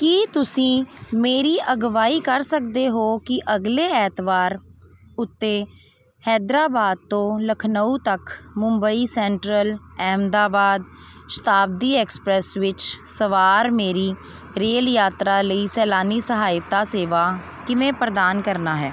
ਕੀ ਤੁਸੀਂ ਮੇਰੀ ਅਗਵਾਈ ਕਰ ਸਕਦੇ ਹੋ ਕਿ ਅਗਲੇ ਐਤਵਾਰ ਉੱਤੇ ਹੈਦਰਾਬਾਦ ਤੋਂ ਲਖਨਊ ਤੱਕ ਮੁੰਬਈ ਸੈਂਟਰਲ ਅਹਿਮਦਾਬਾਦ ਸ਼ਤਾਬਦੀ ਐਕਸਪ੍ਰੈੱਸ ਵਿੱਚ ਸਵਾਰ ਮੇਰੀ ਰੇਲ ਯਾਤਰਾ ਲਈ ਸੈਲਾਨੀ ਸਹਾਇਤਾ ਸੇਵਾ ਕਿਵੇਂ ਪ੍ਰਦਾਨ ਕਰਨਾ ਹੈ